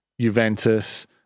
Juventus